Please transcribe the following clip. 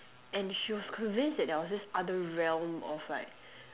and she was convinced that there was this other realm of like